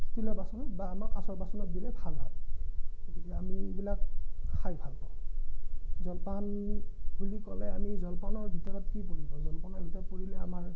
ষ্টিলৰ বাচনত বা আমাৰ কাঁচৰ বাচনত দিলে ভাল হয় গতিকে আমি এইবিলাক খাই ভাল পাওঁ জলপান বুলি ক'লে আমি জলপানৰ ভিতৰত কি পৰিব জলপানৰ ভিতৰত পৰিলে আমাৰ